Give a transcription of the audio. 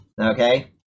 Okay